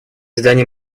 здания